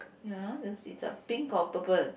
ya the seats are pink or purple